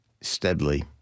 steadily